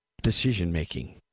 decision-making